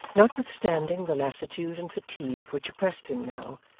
notwithstanding the lassitude and fatigue which oppressed him now,